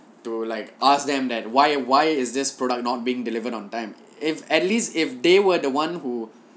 to like ask them that why why is this product not being delivered on time if at least if they were the one who